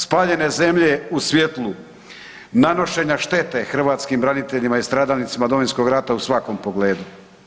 Spaljene zemlje u svjetlu nanošenja štete hrvatskim braniteljima i stradalnicima Domovinskog rata u svakom pogledu.